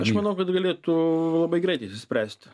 aš manau kad galėtų labai greitai išsispręsti